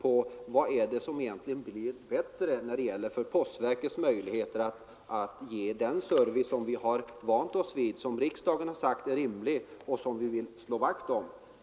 Tala om vad som egentligen blir bättre när det gäller postverkets möjligheter att ge den service som vi vant oss vid, som riksdagen har sagt är rimlig och som vi vill slå vakt om!